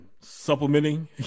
supplementing